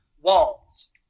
walls